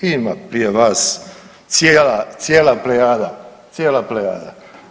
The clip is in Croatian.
Ima prije vas cijela plejada, cijela plejada.